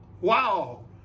Wow